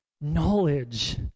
knowledge